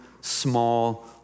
small